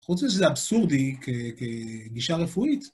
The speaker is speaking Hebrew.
חוץ מזה, זה אבסורדי כגישה רפואית.